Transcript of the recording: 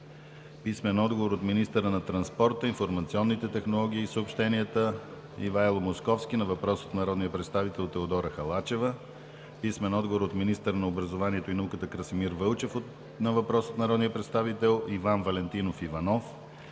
Пенчо Милков; - министъра на транспорта, информационните технологии и съобщенията Ивайло Московски на въпрос от народния представител Теодора Халачева; - министъра на образованието и науката Красимир Вълчев на въпрос от народния представител Иван Валентинов Иванов;